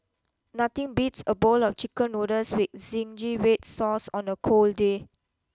nothing beats a bowl of chicken noodles with zingy red sauce on a cold day